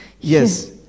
Yes